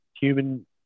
human